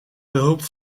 behulp